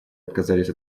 отказались